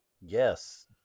yes